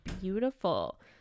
beautiful